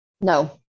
No